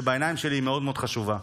שבעיניי היא מאוד מאוד חשובה,